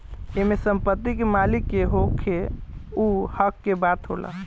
एमे संपत्ति के मालिक के होखे उ हक के बात होला